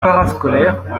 parascolaire